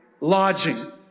lodging